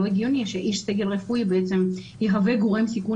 לא הגיוני שאיש סגל רפואי יהווה גורם סיכון